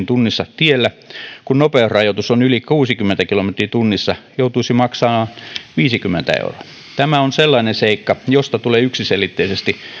tunnissa tiellä kun nopeusrajoitus on yli kuusikymmentä kilometriä tunnissa joutuisi maksamaan viisikymmentä euroa tämä on sellainen seikka josta tulee yksiselitteisesti